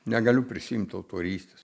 negaliu prisiimt autorystės